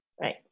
Right